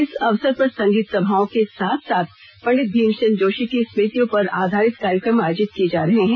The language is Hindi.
इस अवसर पर संगीत सभाओं के साथ साथ पंडित भीमसेन जोशी की स्मृतियों पर आधारित कार्यक्रम आयोजित किये जा रहे हैं